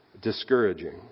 discouraging